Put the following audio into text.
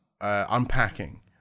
Unpacking